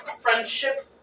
friendship